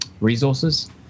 resources